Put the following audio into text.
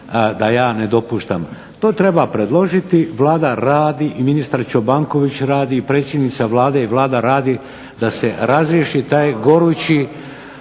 da ja ne dopuštam. To treba predložiti, Vlada radi, i ministar Čobanković rad i predsjednica Vlade i Vlada radi, da se razriješi taj gorući,